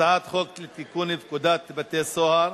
הצעת חוק לתיקון פקודת בתי-הסוהר